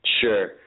Sure